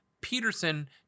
Peterson